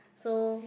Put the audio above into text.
so